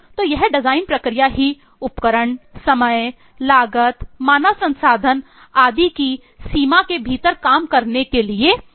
तो यह डिजाइन प्रक्रिया ही उपकरण समय लागत मानव संसाधन आदि की कीसीमा के भीतर काम करने के लिए विवश है